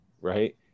right